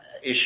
issue